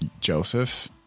Joseph